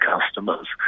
customers